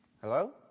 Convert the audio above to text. Hello